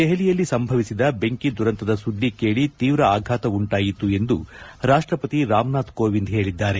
ದೆಹಲಿಯಲ್ಲಿ ಸಂಭವಿಸಿದ ಬೆಂಕಿ ದುರಂತದ ಸುದ್ದಿ ಕೇಳಿ ತೀವ್ರ ಆಘಾತ ಉಂಟಾಯಿತು ಎಂದು ರಾಷ್ಟಪತಿ ರಾಮನಾಥ್ ಕೋವಿಂದ್ ಹೇಳಿದ್ದಾರೆ